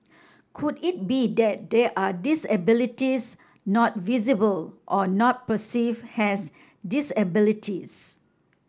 could it be that there are disabilities not visible or not perceive as disabilities